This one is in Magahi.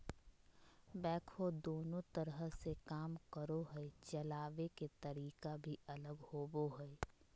बैकहो दोनों तरह से काम करो हइ, चलाबे के तरीका भी अलग होबो हइ